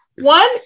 One